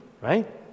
right